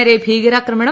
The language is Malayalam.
നേരെ ഭീകരാക്രമണം